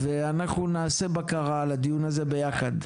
ואנחנו נעשה בקרה לדיון הזה ביחד.